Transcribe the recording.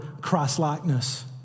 Christlikeness